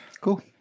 Cool